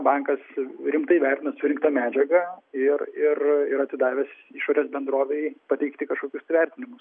bankas rimtai vertina surinktą medžiagą ir ir ir atidavęs išorės bendrovei pateikti kažkokius įvertinimus